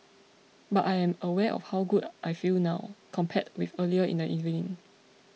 but I am aware of how good I feel now compared with earlier in the evening